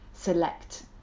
select